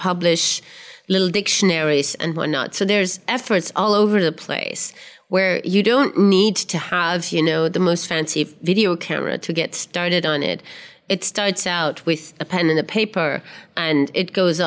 publish little dictionaries and whatnot so there's efforts all over the place where you don't need to have you know the most fancy video camera to get started on it it starts out with a pen and a paper and it goes